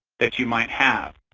that you might have.